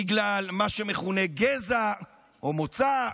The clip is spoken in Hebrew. בגלל מה שמכונה גזע או מוצא,